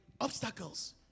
Obstacles